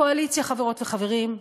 הקואליציה, חברות וחברים,